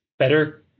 better